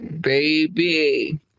baby